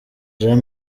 jean